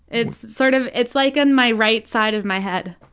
it's sort of it's like in my right side of my head,